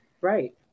Right